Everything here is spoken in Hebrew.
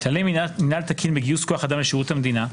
כללי מנהל תקין בגיוס כוח-אדם לשירות המדינה,